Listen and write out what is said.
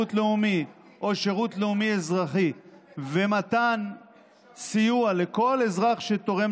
שירות לאומי או שירות לאומי-אזרחי ומתן סיוע לכל אזרח שתורם